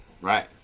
Right